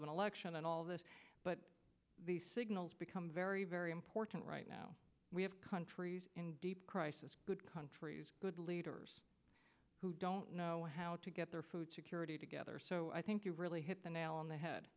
of an election and all this but the signals become very very important right now we have countries in deep crisis good countries good leaders who don't know how to get their food security together so i think you really hit the nail on the head